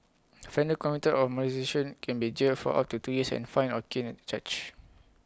offenders convicted of molestation can be jailed for up to two years and fined or caned charge